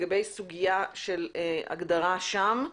ולגבי הסוגיה של ההגדרה שם.